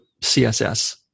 CSS